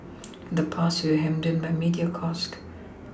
in the past we were hemmed in by media cost